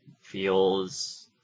feels